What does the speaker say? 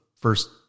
first